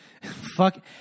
Fuck